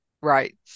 Right